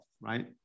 right